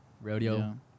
Rodeo